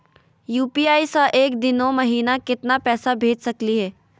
UPI स एक दिनो महिना केतना पैसा भेज सकली हे?